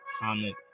comment